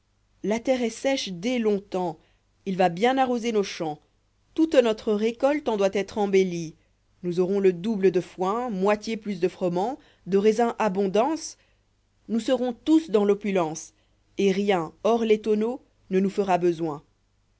la terre est sèche dès long tebtpa il va bien arroser nos champs toute notre récolte en doit être embellier nous aurons le double de foin moitié plus de froment de raisins abondance nous serons tous dans l'opulence et rien hors les tonneaux ne nous fera besoin